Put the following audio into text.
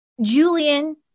Julian